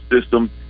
system